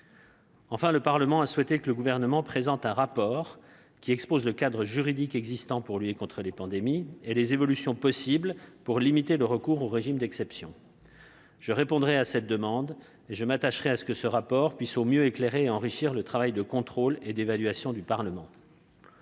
Enfin, le Parlement a souhaité que le Gouvernement présente un rapport exposant le cadre juridique existant pour lutter contre les pandémies et les évolutions possibles pour limiter le recours aux régimes d'exception. Je répondrai à cette demande et je m'attacherai à ce que ce rapport puisse au mieux éclairer et enrichir le travail de contrôle et d'évaluation du Parlement.